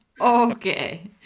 okay